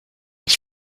ich